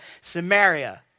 Samaria